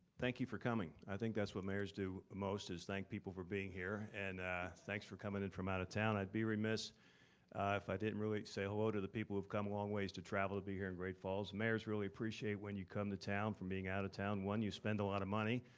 thank you for coming. i think that's what mayors do most is thank people for being here and thanks for coming in from out of town. i'd be remiss if i didn't really say hello to the people who've come a long ways to travel to be here in great falls. mayors really appreciate when you come to town from being out of town. one, you spend a lot of money,